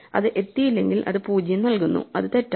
അത് എത്തിയില്ലെങ്കിൽ അത് 0 നൽകുന്നു അത് തെറ്റാണ്